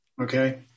Okay